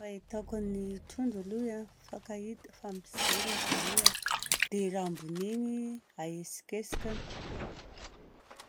Fahitako ny trondro aloha an: mifankahita, mifampijery izy roy an, dia rambon'igny ahetsiketsikany.